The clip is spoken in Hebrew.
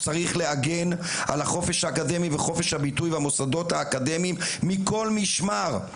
צריך להגן על החופש האקדמי וחופש הביטוי במוסדות האקדמיים מכל משמר.